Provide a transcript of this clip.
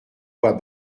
voix